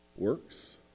works